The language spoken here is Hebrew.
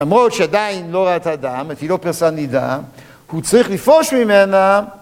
למרות שעדיין לא ראתה דם, היא לא פרסה נידה, הוא צריך לפרוש ממנה...